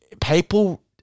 people